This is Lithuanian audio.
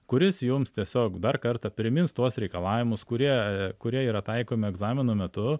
kuris jums tiesiog dar kartą primins tuos reikalavimus kurie kurie yra taikomi egzamino metu